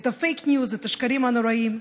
הפייק ניוז, השקרים הנוראיים,